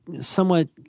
somewhat